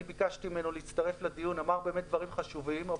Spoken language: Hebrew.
מסער להצטרף לדיון והוא אמר באמת דברים חשובים.